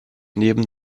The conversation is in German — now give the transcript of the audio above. neben